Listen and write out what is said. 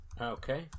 Okay